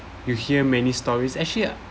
you hear many stories actually